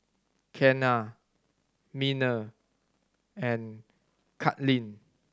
Kenna Miner and Kaitlyn